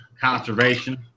conservation